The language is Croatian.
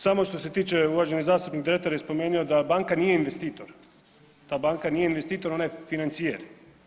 Samo što se tiče uvaženi zastupnik Dretar je spomenuo da banka nije investitor, ta banka nije investitor, ona je financijer.